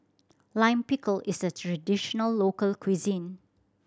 Lime Pickle is a traditional local cuisine